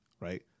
right